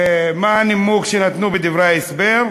ומה הנימוק שנתנו בדברי ההסבר?